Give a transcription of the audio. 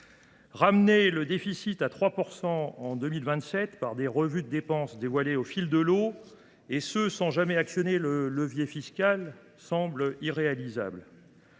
Ramener le déficit à 3 % du PIB en 2027 par des revues de dépenses dévoilées au fil de l’eau, sans jamais actionner le levier fiscal, semble irréalisable.